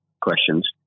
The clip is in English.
questions